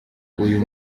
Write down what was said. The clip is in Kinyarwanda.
uyu